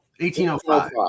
1805